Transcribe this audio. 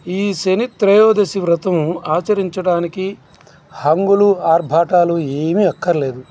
ఈ శనిత్రయోదశి వ్రతం ఆచరించడానికి హంగులు ఆర్భాటాలు ఏవి అక్కర్లేదు చాలా